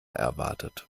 erwartet